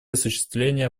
осуществления